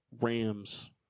Rams